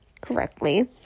correctly